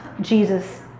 Jesus